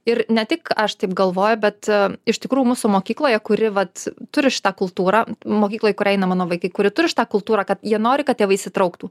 ir ne tik aš taip galvoju bet iš tikrųjų mūsų mokykloje kuri vat turi šitą kultūrą mokykloj kur eina mano vaikai kuri turi šitą kultūrą kad jie nori kad tėvai įsitrauktų